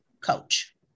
coach